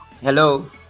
Hello